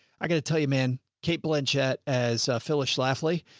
i gotta tell you, man, kate blanchette as phyllis schlafly.